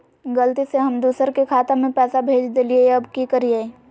गलती से हम दुसर के खाता में पैसा भेज देलियेई, अब की करियई?